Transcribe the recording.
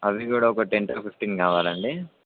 అవి కూడా ఒక టెన్ టు ఫిఫ్టీన్ కావాలండి